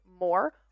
more